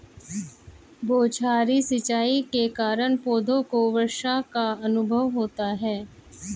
बौछारी सिंचाई के कारण पौधों को वर्षा का अनुभव होता है